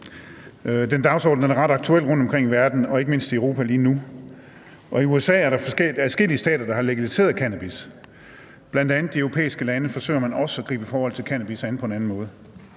Den dagsorden er ret aktuel rundtomkring i verden og ikke mindst i Europa lige nu. Og i USA er der adskillige stater, der har legaliseret cannabis. Blandt de europæiske lande forsøger man også at gribe forholdet til cannabis an på en anden måde.